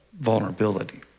vulnerability